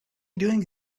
doing